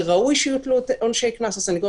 וראוי שיוטלו עונשי קנס הסניגוריה